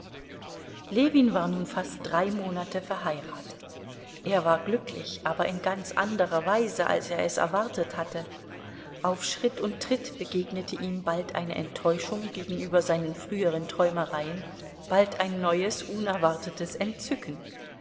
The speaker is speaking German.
ljewin war nun fast drei monate verheiratet er war glücklich aber in ganz anderer weise als er es erwartet hatte auf schritt und tritt begegnete ihm bald eine enttäuschung gegenüber seinen früheren träumereien bald ein neues unerwartetes entzücken